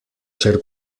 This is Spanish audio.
ser